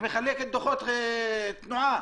ומחלקת דוחות תנועה.